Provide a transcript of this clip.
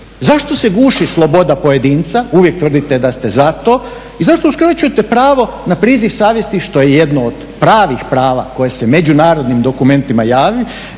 zašto se guši sloboda pojedinca, uvijek tvrdite da ste za to i zašto uskraćujete pravo na priziv savjesti što je jedno od pravih prava koje se međunarodnim dokumentima jamči